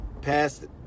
Passed